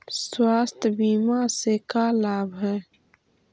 स्वास्थ्य बीमा से का लाभ है?